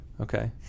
Okay